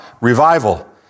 revival